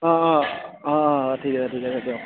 অঁ অঁ অঁ অঁ ঠিক আছে ঠিক আছে দিয়ক